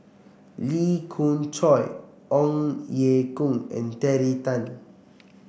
Lee Khoon Choy Ong Ye Kung and Terry Tan